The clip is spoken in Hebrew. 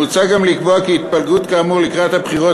מוצע גם לקבוע כי התפלגות כאמור לקראת הבחירות